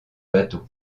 bateaux